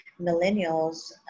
millennials